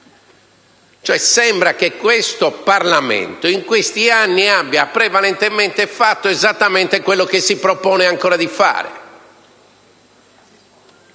cioè, che questo Parlamento, in questi anni abbia prevalentemente fatto esattamente quello che si propone ancora di fare.